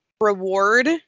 reward